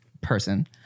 person